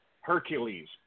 Hercules